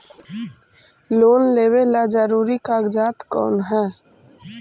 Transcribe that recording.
Loan लेब ला जरूरी कागजात कोन है?